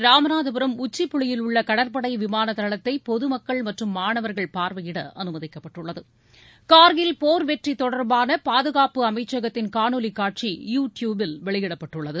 ராமநாதபுரம் உச்சிபுளியில் உள்ள கடற்படை விமான தளத்தை பொதுமக்கள் மற்றும் மாணவர்கள் பார்வையிட அனுமதிக்கப்பட்டுள்ளது கார்கில் போர் வெற்றி தொடர்பான பாதுகாப்பு அமைச்சகத்தின் காணொலி காட்சி யூ டியூபில் வெளியிடப்பட்டுள்ளது